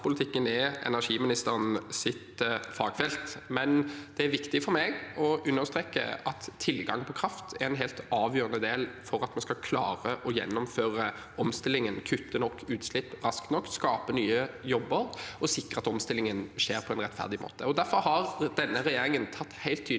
ansvarsområde, og kraftpolitikken er energiministerens fagfelt. Det er viktig for meg å understreke at tilgangen på kraft er en helt avgjørende del for at vi skal klare å gjennomføre omstillingen, kutte nok utslipp raskt nok, skape nye jobber og sikre at omstillingen skjer på en rettferdig måte.